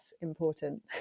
important